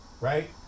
right